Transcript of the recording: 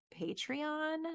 Patreon